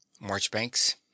Marchbanks